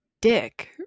dick